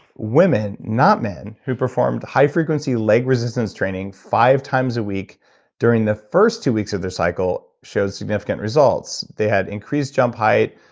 women, not men, who performed the high frequency leg resistance training five times a week during the first two weeks of their cycle, shows significant results. they had increased jump height,